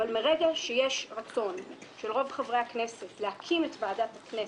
אבל מרגע שיש רצון של רוב חברי הכנסת להקים את ועדת הכנסת,